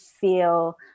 feel